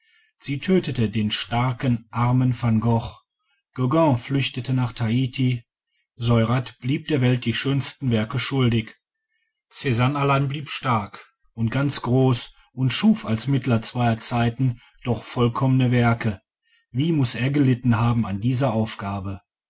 sie tötete den starken armen van gogh gauguin flüchtete nach tahiti seurat blieb der welt die schönsten werke schuldig czanne allein blieb stark und ganz groß und schuf als mittler zweier zeiten doch vollkommene werke wie muß er gelitten haben an dieser aufgabe